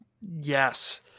Yes